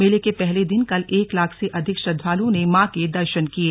मेले के पहले दिन कल एक लाख से अधिक श्रद्दालुओं ने मां के दर्शन किये